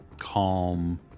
calm